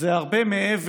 לאשר